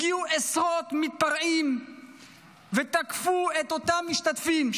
הגיעו עשרות מתפרעים ותקפו את אותם משתתפים,